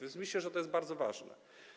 Więc myślę, że to jest bardzo ważne.